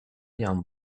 jahren